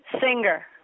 singer